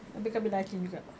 abeh kau bilang achin juga